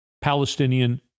Palestinian